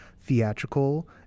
theatrical